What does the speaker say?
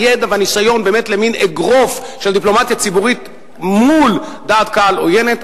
הידע והניסיון למין אגרוף של הדיפלומטיה הציבורית מול דעת קהל עוינת,